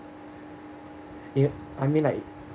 ye~ I mean like